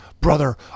brother